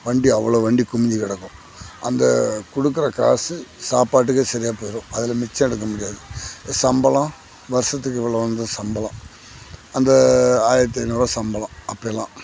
வண்டி அவ்வளோ வண்டி குமிஞ்சி கிடக்கும் அந்த கொடுக்கற காசு சாப்பாட்டுக்கே சரியாக போயிடும் அதில் மிச்சம் எடுக்க முடியாது சம்பளம் வர்ஷத்துக்கு இவ்ளோந்தான் சம்பளம் அந்த ஆயிரத்தி ஐந்நூறுவா சம்பளம் அப்போலாம்